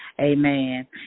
Amen